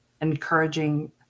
encouraging